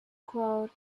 crowd